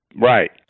Right